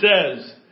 says